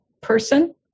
person